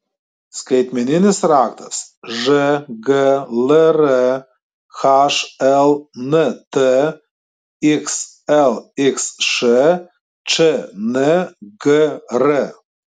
skaitmeninis raktas žglr hlnt xlxš čngr